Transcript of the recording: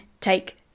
take